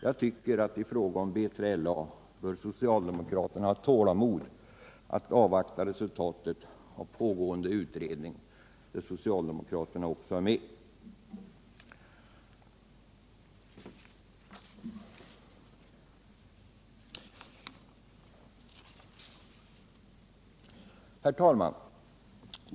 Jag tycker att i fråga om B3LA bör Försvarspolitiken, socialdemokraterna ha tålamod att avvakta resultatet av den pågående utredningen, där socialdemokraterna också är med. Herr talman!